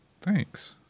Thanks